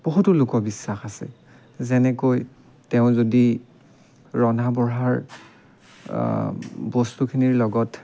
বহুতো লোকবিশ্বাস আছে যেনেকৈ তেওঁ যদি ৰন্ধা বঢ়াৰ বস্তুখিনিৰ লগত